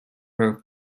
her